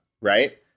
right